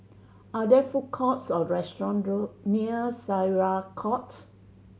are there food courts or restaurant road near Syariah Court